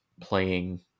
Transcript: playing